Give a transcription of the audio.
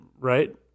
Right